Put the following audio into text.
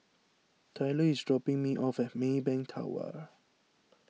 Tyler is dropping me off at Maybank Tower